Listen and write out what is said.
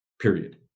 period